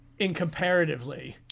incomparatively